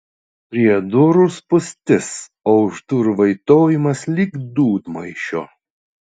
prie durų spūstis o už durų vaitojimas lyg dūdmaišio